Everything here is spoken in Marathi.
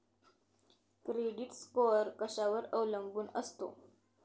क्रेडिट स्कोअर कशावर अवलंबून असतो?